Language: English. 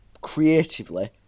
creatively